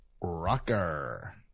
rocker